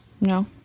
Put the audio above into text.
No